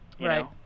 Right